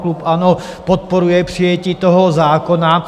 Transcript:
Klub ANO podporuje přijetí toho zákona.